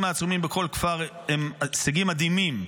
העצומים בכל כפר הם הישגים מדהימים.